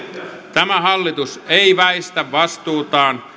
tämä hallitus ei väistä vastuutaan